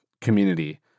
community